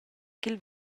ch’el